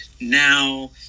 Now